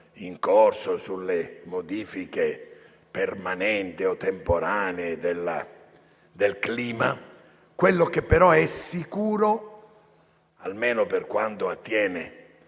in corso sulle modifiche permanenti o temporanee del clima. Quello che però è sicuro, almeno per quanto attiene